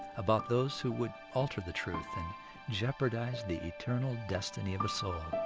about those who would alter the truth and jeopardize the eternal destiny of a soul.